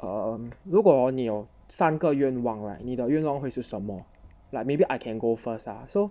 um 如果你有三个愿望 right 你的愿望会是什么 like maybe I can go first lah so